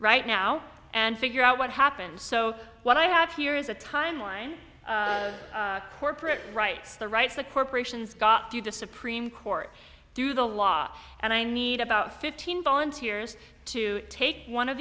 right now and figure out what happened so what i have here is a timeline corporate rights the rights the corporations got to the supreme court through the law and i need about fifteen volunteers to take one of